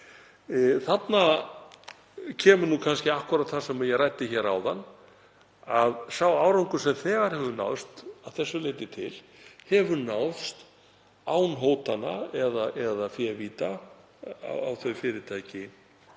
Þarna kemur nú kannski akkúrat það sem ég ræddi hér áðan, að sá árangur sem þegar hefur náðst að þessu leyti til hefur náðst án hótana eða févíta á þau fyrirtæki